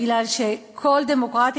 בגלל שכל דמוקרטיה,